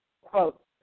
quote